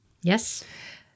Yes